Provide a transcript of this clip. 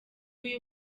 uyu